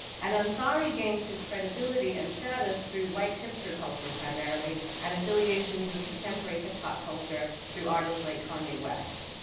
and ansari gains his credibility and status through white hipster culture primarily, and affiliations with contemporary hip-hop culture through artists like kanye west.